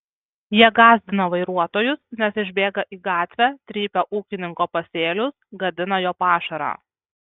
jie gąsdina vairuotojus nes išbėga į gatvę trypia ūkininko pasėlius gadina jo pašarą